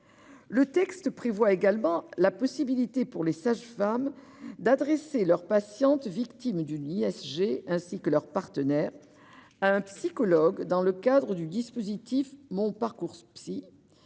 Le texte prévoit également la possibilité pour les sages-femmes d'adresser leurs patientes victimes d'une ISG, ainsi que leur partenaire, à un psychologue dans le cadre du dispositif MonParcoursPsy.